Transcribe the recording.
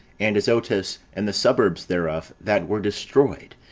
and azotus, and the suburbs thereof, that were destroyed,